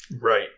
Right